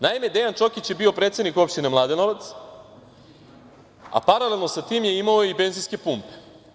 Naime, Dejan Čokić je bio predsednik opštine Mladenovac, a paralelno sa tim je imao i benzinske pumpe.